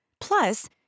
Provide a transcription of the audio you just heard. Plus